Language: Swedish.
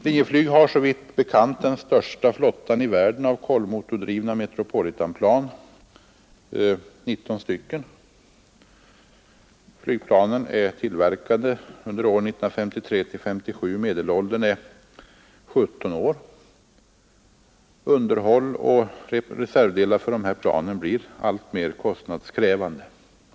Linjeflyg har såvitt bekant den största flottan i världen av kolvmotordrivna Metropolitanplan — 19 stycken. Flygplanen är tillverkade under åren 1953-1957, och medelåldern är 17 år. Underhåll och reservdelar för dessa plan blir alltmer kostnadskrävande.